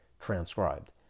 transcribed